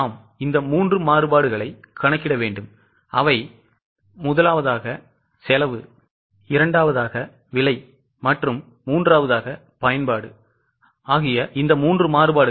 நாம் இந்த மூன்று மாறுபாடுகளை கணக்கிட வேண்டும் அவை செலவு விலைமற்றும்பயன்பாடு